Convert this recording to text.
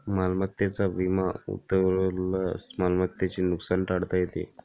मालमत्तेचा विमा उतरवल्यास मालमत्तेचे नुकसान टाळता येते